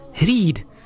Read